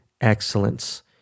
excellence